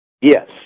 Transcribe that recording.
Yes